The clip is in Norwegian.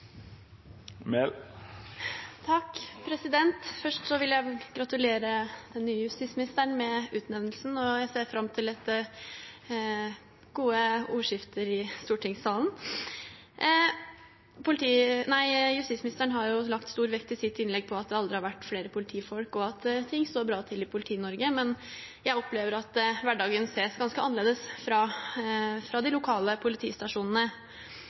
vert replikkordskifte. Først vil jeg gratulere den nye justisministeren med utnevnelsen, og jeg ser fram til gode ordskifter i stortingssalen. Justisministeren la i sitt innlegg stor vekt på at det aldri har vært flere politifolk, og at ting står bra til i Politi-Norge, men jeg opplever at hverdagen ses ganske annerledes fra de lokale